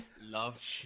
Love